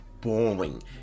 boring